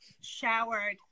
showered